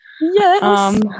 Yes